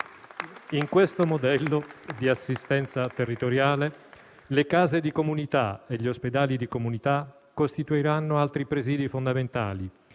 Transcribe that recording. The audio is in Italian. In questo modello di assistenza territoriale le case di comunità e gli ospedali di comunità costituiranno altri presìdi fondamentali